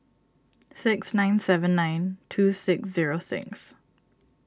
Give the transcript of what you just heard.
six nine seven nine two six zero six